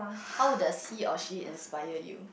how does he or she inspired you